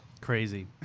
crazy